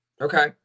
Okay